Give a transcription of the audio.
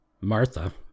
Martha